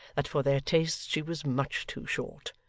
that for their tastes she was much too short,